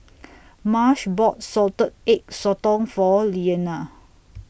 Marsh bought Salted Egg Sotong For Iyana